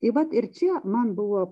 į vat ir čia man buvo